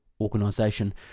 organization